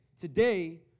today